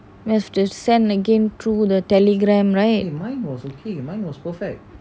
have to send again through the telegram right